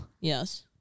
Yes